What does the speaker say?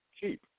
cheap